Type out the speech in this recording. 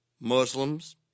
Muslims